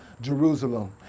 Jerusalem